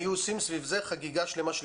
היו עושים סביב זה חגיגה שלמה של יחסי ציבור.